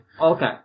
Okay